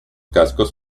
cascos